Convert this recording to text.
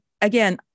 again